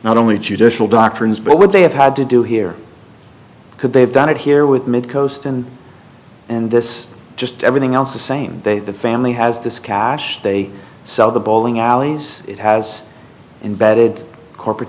not only judicial doctrines but what they have had to do here because they've done it here with midcoast and and this just everything else the same way the family has this cash they sell the bowling alleys it has imbedded corporate